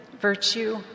virtue